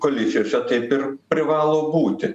koalicijose taip ir privalo būti